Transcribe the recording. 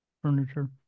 furniture